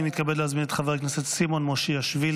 אני מתכבד להזמין את חבר הכנסת סימון מושיאשוילי.